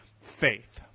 faith